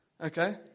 okay